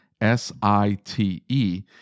S-I-T-E